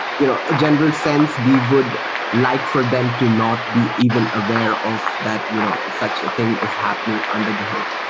you know a general sense, we would like for them to not be even aware of that you know such thing is happening under the hood.